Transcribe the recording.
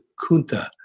Kunta